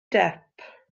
depp